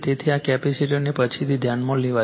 તેથી આ કેપેસિટરને પછીથી ધ્યાનમાં લેવાશે